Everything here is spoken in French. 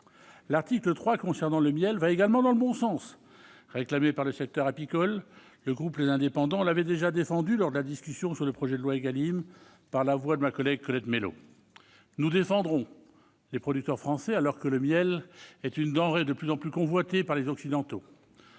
L'article 3 concernant le miel va également dans le bon sens. Réclamé par le secteur apicole, le groupe Les Indépendants - République et Territoires l'avait déjà défendu lors de la discussion du projet de loi Égalim, par la voix de ma collègue Colette Mélot. Nous défendrons les producteurs français, alors que le miel est une denrée de plus en plus convoitée par les Occidentaux.